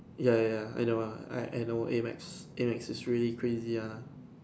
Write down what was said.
ya ya ya I know ah I I know A maths A maths is really crazy one lah